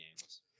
games